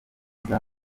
nziza